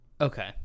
Okay